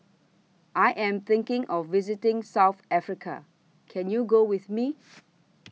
I Am thinking of visiting South Africa Can YOU Go with Me